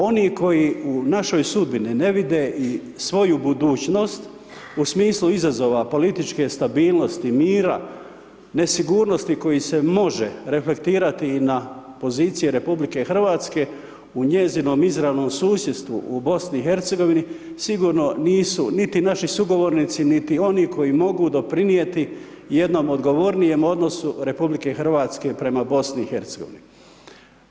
Oni koji u našoj sudbini ne vide i svoju budućnost u smislu izazova političke stabilnosti, mira, nesigurnosti koja sa može reflektirat i na pozicije RH u njezinom izravnom susjedstvu u BiH-u, sigurno nisu nit naši sugovornici niti oni koji mogu doprinijeti jednom odgovornijem odnosu RH prema BiH-u.